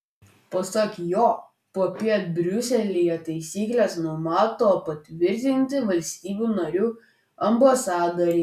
pasak jo popiet briuselyje taisykles numato patvirtinti valstybių narių ambasadoriai